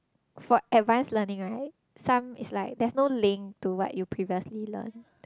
for advanced learning right some is like there is no link to what you previously learnt